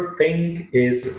thing is